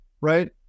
right